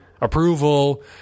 approval